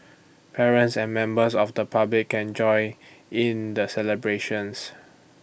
parents and members of the public can join in the celebrations